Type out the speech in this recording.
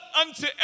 unto